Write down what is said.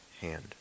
hand